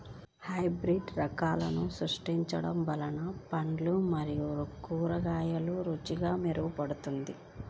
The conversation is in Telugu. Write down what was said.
హైబ్రిడ్ రకాలను సృష్టించడం వల్ల పండ్లు మరియు కూరగాయల రుచి మెరుగుపడుతుంది